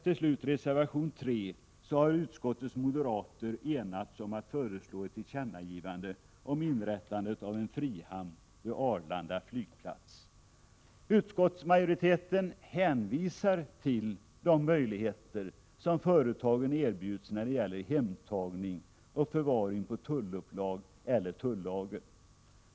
I reservation 3 har utskottets moderater enats om att föreslå ett tillkännagivande om inrättande av en frihamn vid Arlanda flygplats. Utskottsmajoriteten hänvisar till de möjligheter som företagen erbjuds när det gäller hemtagning och förvaring på tullupplag eller tullager.